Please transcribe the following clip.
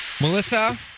Melissa